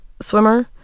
swimmer